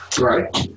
Right